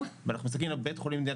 ואנחנו מסתכלים על בית חולים במדינת